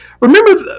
Remember